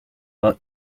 but